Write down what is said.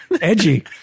edgy